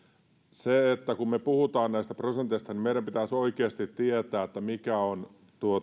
kun me puhumme näistä prosenteista niin meidän pitäisi oikeasti tietää mikä on